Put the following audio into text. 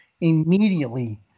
immediately